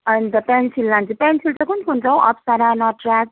अन्त पेन्सिल लान्छु पेन्सिल चाहिँ कुन कुन छौ अप्सरा नटराज